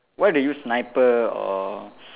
what if they use sniper or